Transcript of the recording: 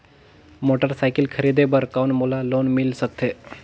Motorcycle खरीदे बर कौन मोला लोन मिल सकथे?